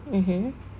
mmhmm